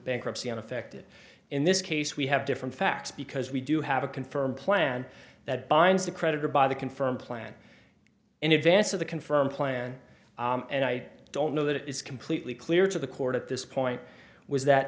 bankruptcy unaffected in this case we have different facts because we do have a confirm plan that binds the creditor by the confirm plan in advance of the confirm plan and i don't know that it is completely clear to the court at this point was that